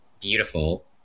beautiful